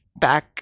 back